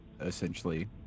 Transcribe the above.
essentially